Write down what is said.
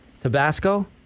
Tabasco